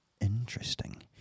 interesting